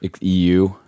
EU